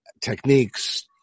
techniques